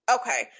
Okay